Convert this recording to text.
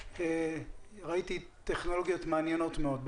ראיתי טכנולוגיות מעניינות מאוד.